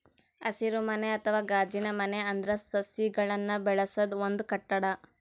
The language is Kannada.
ಹಸಿರುಮನೆ ಅಥವಾ ಗಾಜಿನಮನೆ ಅಂದ್ರ ಸಸಿಗಳನ್ನ್ ಬೆಳಸದ್ ಒಂದ್ ಕಟ್ಟಡ